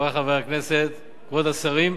חברי חברי הכנסת, כבוד השרים,